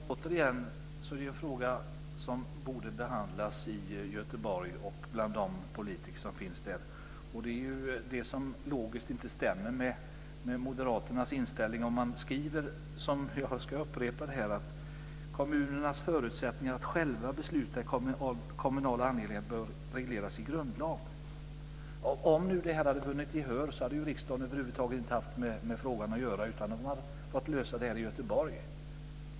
Fru talman! Återigen: Det är en fråga som borde behandlas i Göteborg och bland de politiker som finns där. Det är ju det som logiskt inte stämmer med moderaternas inställning. Man skriver - och jag upprepar det: Kommunernas förutsättningar att själva besluta i kommunala angelägenheter bör regleras i grundlag. Om det här hade vunnit gehör hade riksdagen över huvud taget inte haft med frågan att göra. Man hade fått lösa det här i Göteborg.